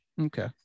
Okay